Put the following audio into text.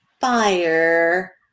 fire